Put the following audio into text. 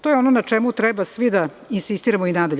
To je ono na čemu treba svi da insistiramo i nadalje.